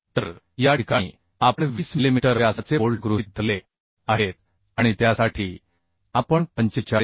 तर या ठिकाणी आपण 20 मिलिमीटर व्यासाचे बोल्ट गृहीत धरले आहेत आणि त्यासाठी आपण 45